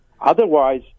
otherwise